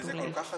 וזה כל כך עצוב,